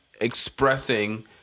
expressing